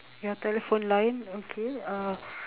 your telephone line okay uh